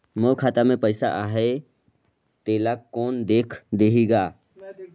मोर खाता मे पइसा आहाय तेला कोन देख देही गा?